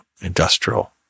industrial